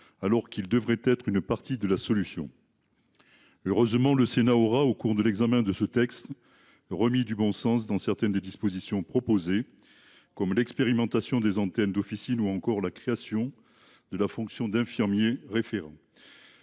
alors qu’il devrait être une partie de la solution. Heureusement, le Sénat aura, au cours de la discussion de ce texte, remis du bon sens dans certaines des dispositions proposées, comme l’expérimentation des antennes d’officine ou la création de la fonction d’infirmier référent.